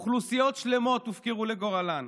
אוכלוסיות שלמות הופקרו לגורלן.